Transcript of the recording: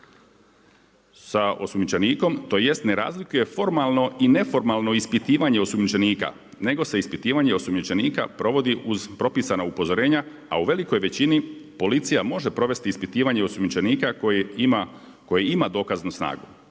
sa osumnjičenikom, tj. ne razlikuje formalno i neformalno ispitivanje osumnjičenika nego se ispitivanje osumnjičenika provodi uz propisana upozorenja a u velikoj većini, policija može provesti ispitivanja osumnjičenika koji ima dokaznu snagu.